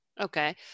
Okay